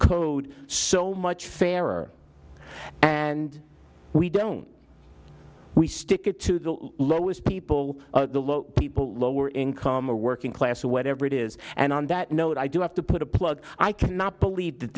code so much fairer and we don't we stick it to people the people lower income or working class or whatever it is and on that note i do have to put a plug i cannot believe that